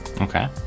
Okay